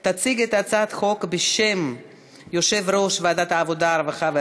עברה בקריאה ראשונה ומוחזרת לוועדת החוקה,